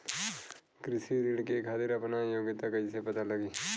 कृषि ऋण के खातिर आपन योग्यता कईसे पता लगी?